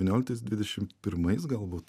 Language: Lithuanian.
devynioliktais dvidešim pirmais galbūt